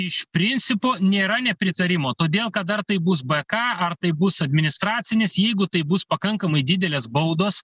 iš principo nėra nepritarimo todėl kad ar taip b k ar tai bus administracinis jeigu tai bus pakankamai didelės baudos